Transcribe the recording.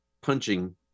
punching